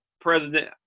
president